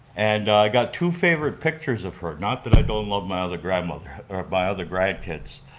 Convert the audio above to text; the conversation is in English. and i got two favorite pictures of her, not that i don't love my other grandmother, or my other grandkids,